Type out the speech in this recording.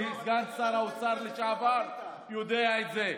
וסגן שר האוצר לשעבר יודע את זה,